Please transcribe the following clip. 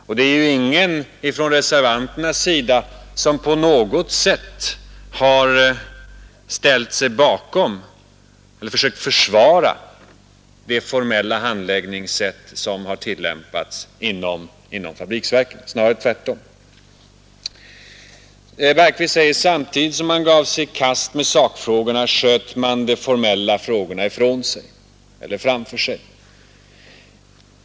Och det är ju ingen från reservanternas sida som på något sätt har ställt sig bakom eller försökt försvara det formella handläggningssätt som har tillämpats inom fabriksverken — snarare tvärtom. Herr Bergqvist säger att samtidigt som man gav sig i kast med sakfrågorna sköt man de formella frågorna framför sig.